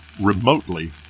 remotely